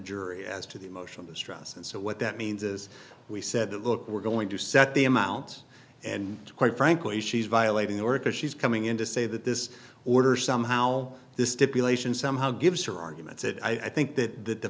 jury as to the emotional distress and so what that means is we said look we're going to set the amount and quite frankly she's violating or because she's coming in to say that this order somehow this stipulation somehow gives her arguments that i think that th